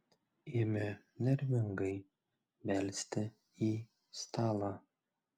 ėmė nervingai belsti į stalą